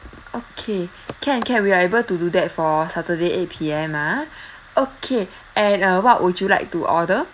okay can can we are able to do that for saturday eight P_M ah okay and uh what would you like to order